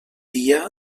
dia